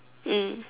mm